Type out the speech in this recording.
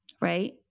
right